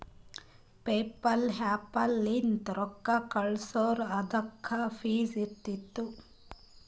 PayPal app ಲಿಂತ್ ರೊಕ್ಕಾ ಕಳ್ಸುರ್ ಅದುಕ್ಕ ಫೀಸ್ ಇರ್ತುದ್